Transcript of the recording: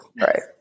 Right